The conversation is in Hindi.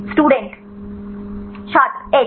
student H